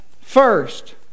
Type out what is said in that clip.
first